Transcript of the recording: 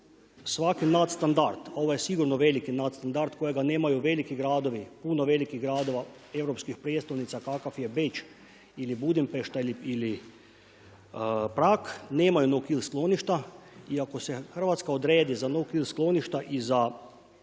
svaki nadstandard, ovo je sigurno veliki nadstandard kojega nemaju veliki gradovi, puno velikih gradova europskih prijestolnica kakav je Beč ili Budimpešta ili Prag nemaju No Kill skloništa. I ako se Hrvatska odredi za No Kill skloništa i za